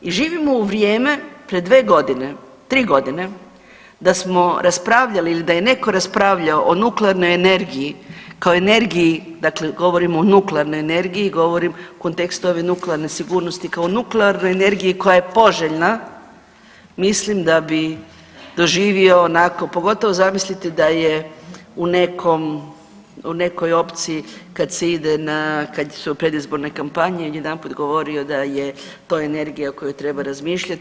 I živimo u vrijeme, pred dve godine, tri godine da smo raspravljali ili da je netko raspravljao o nuklearnoj energiji kao energiji, dakle govorim o nuklearnoj energiji, govorim u kontekstu ove nuklearne sigurnosti kao nuklearne energije koja je poželjna mislim da bi doživio onako pogotovo zamislite da je u nekoj opciji kada se ide na, kada su predizborne kampanje jedanput govorio da je to energija o kojoj treba razmišljati.